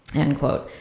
end quote.